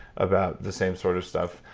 about the same sort of stuff.